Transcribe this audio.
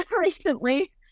recently